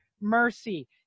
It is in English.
mercy